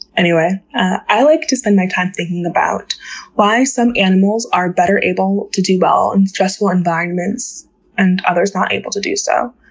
i like to spend my time thinking about why some animals are better able to do well in stressful environments and others not able to do so,